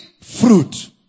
fruit